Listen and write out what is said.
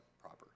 proper